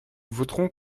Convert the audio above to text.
voterons